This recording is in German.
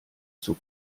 zur